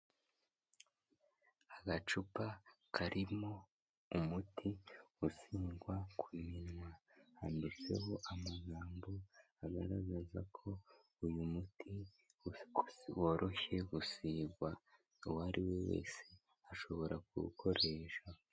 Agacupa karimo umuti usigwa ku minwa, handitseho amagambo agaragaza ko uyu muti woroshye gusigwa, uwo ariwe wese ashobora kuwukoresha.